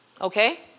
Okay